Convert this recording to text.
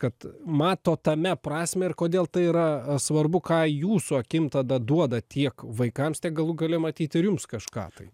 kad matot tame prasmę ir kodėl tai yra svarbu ką jūsų akim tada duoda tiek vaikam tiek galų gale matyt ir jums kažką tai